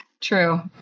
True